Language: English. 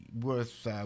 worth